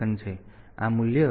તેથી આ મૂલ્ય 1